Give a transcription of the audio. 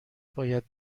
باید